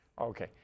Okay